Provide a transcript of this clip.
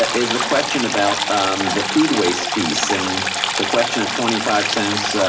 ah is the question about the food waste piece. and the question of twenty five cents.